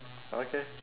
okay